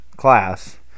class